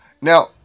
Now